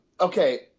Okay